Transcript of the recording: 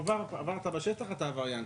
עברת בשטח, אתה כביכול עבריין.